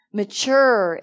mature